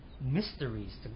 mysteries